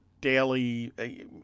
daily